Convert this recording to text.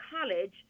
college